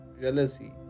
jealousy